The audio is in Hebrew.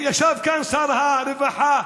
ישב כאן שר הרווחה,